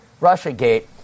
Russiagate